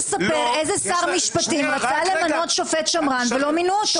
איזה שר משפטים רצה למנות שופט שמרן ולא מינו אותו.